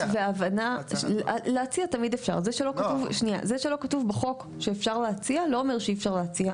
זה שלא כתוב בחוק שאפשר להציע זה לא אומר שאי אפשר להציע.